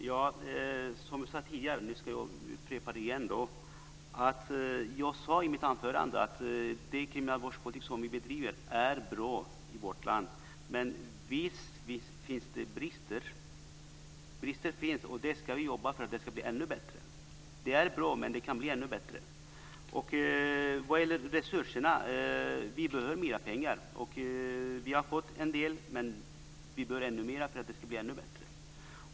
Fru talman! Jag ska upprepa det jag sade tidigare. Jag sade i mitt anförande att den kriminalvårdspolitik vi bedriver i vårt land är bra, men visst finns det brister. Vi ska jobba för att den ska bli ännu bättre. Det är bra, men det kan bli ännu bättre. Vad gäller resurserna behöver vi mer pengar. Vi har fått en del, men vi behöver ännu mer för att det ska bli ännu bättre.